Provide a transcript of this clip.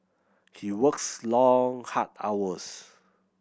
he works long hard hours